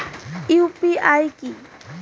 UPI কি?